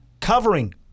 covering